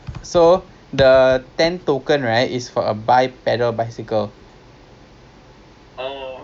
ya S_G bike got a lot of things lah then maybe you know sit somewhere carry marrybrown if you wanna